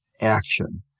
action